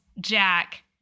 Jack